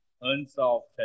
unsolved